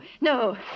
no